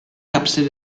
capcer